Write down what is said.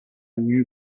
new